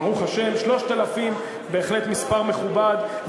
ברוך השם, 3,000, בהחלט מספר מכובד.